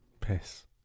piss